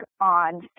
on